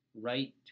right